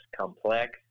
complex